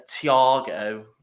Tiago